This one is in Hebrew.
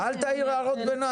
אל תעיר הערות ביניים.